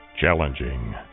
Challenging